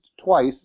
twice